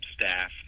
staff